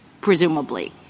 presumably